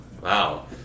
Wow